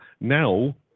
now